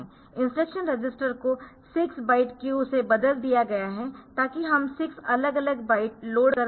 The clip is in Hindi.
इंस्ट्रक्शन रजिस्टर को 6 बाइट क्यू से बदल दिया गया है ताकि हम 6 अलग अलग बाइट लोड कर सकें